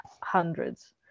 hundreds